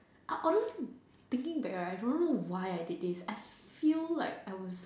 honestly speaking back right I don't know why I did this I feel like